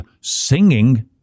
singing